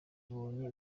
ibonye